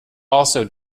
also